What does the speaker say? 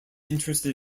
interested